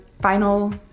final